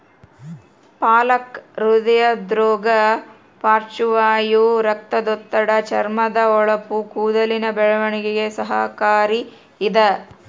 ಪಾಲಕ ಹೃದ್ರೋಗ ಪಾರ್ಶ್ವವಾಯು ರಕ್ತದೊತ್ತಡ ಚರ್ಮದ ಹೊಳಪು ಕೂದಲಿನ ಬೆಳವಣಿಗೆಗೆ ಸಹಕಾರಿ ಇದ